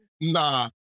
Nah